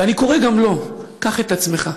ואני קורא גם לו: קח את עצמך,